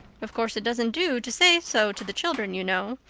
of course, it doesn't do to say so to the children, you know.